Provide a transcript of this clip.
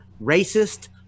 racist